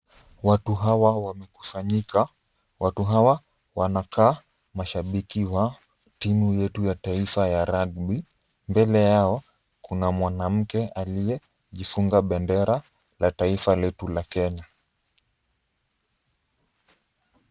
Watu hawa wamekusanyika, watu hawa wanakaa mashabiki wa timu yetu ya taifa ya rugby . Mbele yao kuna mwanamke aliyejifunga bendera la taifa letu la kenya.